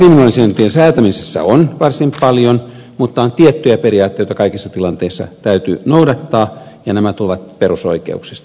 liikkumavaraa kriminalisoinnin säätämisessä on varsin paljon mutta on tiettyjä periaatteita joita kaikissa tilanteissa täytyy noudattaa ja nämä tulevat perusoikeuksista